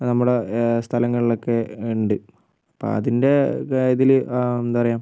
നമ്മുടെ സ്ഥലങ്ങളിലൊക്കെ ഉണ്ട് അപ്പോൾ അതിൻ്റെ ഇതിൽ എന്താ പറയുക